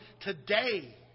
today